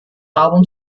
album